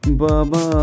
baba